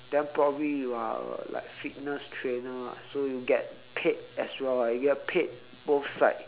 then probably you are like fitness trainer [what] so you get paid as well [what] you get paid both side